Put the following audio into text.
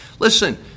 Listen